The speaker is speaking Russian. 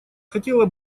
хотела